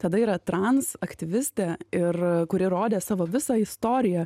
tada yra trans aktyvistė ir kuri rodė savo visą istoriją